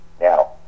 Now